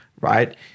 right –